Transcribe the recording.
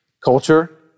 culture